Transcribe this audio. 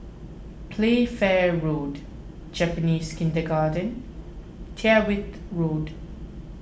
Playfair Road Japanese Kindergarten and Tyrwhitt Road